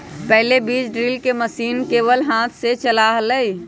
पहले बीज ड्रिल के मशीन केवल हाथ से चला हलय